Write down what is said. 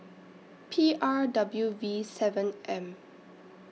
P R W V seven M